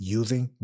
using